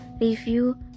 review